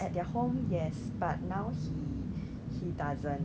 or like what CapitaLand then you know what I get or not